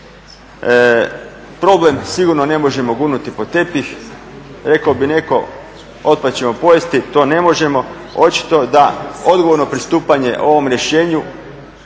Problem sigurno ne možemo gurnuti pod tepih. Rekao bi netko otpad ćemo pojesti, to ne možemo. Očito da odgovorno pristupanje ovom rješenju